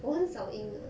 我很少赢的